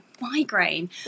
migraine